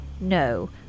no